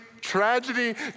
tragedy